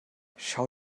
schau